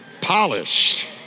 Polished